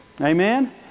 Amen